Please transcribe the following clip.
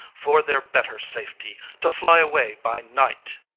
for their better safety, to fly away by night